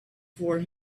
for